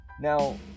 Now